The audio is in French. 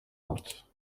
route